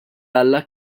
alla